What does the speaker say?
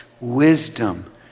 Wisdom